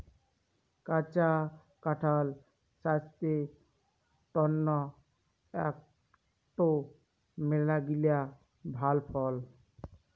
কাঁচা কাঁঠাল ছাস্থের তন্ন আকটো মেলাগিলা ভাল ফল